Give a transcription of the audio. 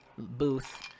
booth